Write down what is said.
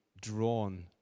drawn